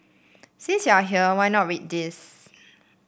since you are here why not read this